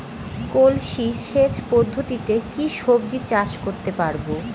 কলসি সেচ পদ্ধতিতে কি সবজি চাষ করতে পারব?